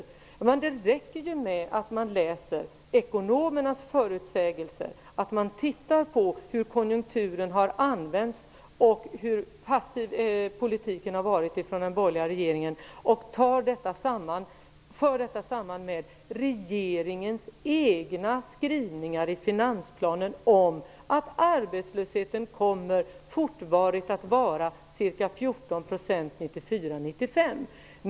Men för att man skall förstå det räcker det ju med att man läser ekonomernas föutsägelser, att man tittar på hur konjunkturen har använts och hur passiv den borgerliga regeringens politik har varit och att man för detta samman med regeringens egna skrivningar i finansplanen om att arbetslösheten under 1994 och 1995 kommer att fortsätta att vara ca 14 %.